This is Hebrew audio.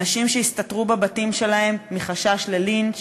אנשים שהסתתרו בבתים שלהם מחשש ללינץ',